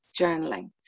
journaling